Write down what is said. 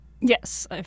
Yes